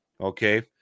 Okay